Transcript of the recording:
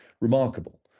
remarkable